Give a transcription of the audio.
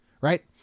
right